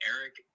Eric